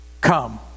come